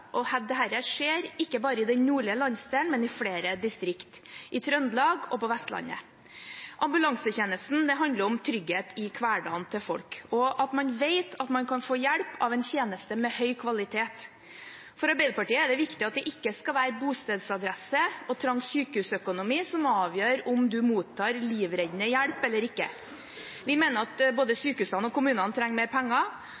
og dette skjer ikke bare i den nordlige landsdelen, men i flere distrikter, i Trøndelag og på Vestlandet. Når det gjelder ambulansetjenesten: Dette handler om trygghet i hverdagen for folk, og at man vet at man kan få hjelp av en tjeneste med høy kvalitet. For Arbeiderpartiet er det viktig at det ikke skal være bostedsadresse og trang sykehusøkonomi som avgjør om en mottar livreddende hjelp eller ikke. Vi mener at både